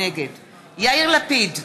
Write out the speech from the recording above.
נגד יאיר לפיד,